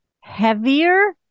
heavier